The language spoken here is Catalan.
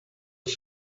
els